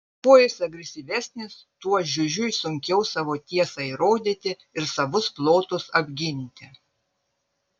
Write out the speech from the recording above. kuo jis agresyvesnis tuo žiužiui sunkiau savo tiesą įrodyti ir savus plotus apginti